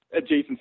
Jason